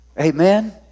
Amen